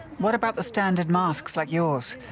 what about the standard masks like yours?